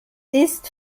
ist